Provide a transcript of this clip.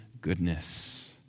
goodness